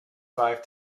five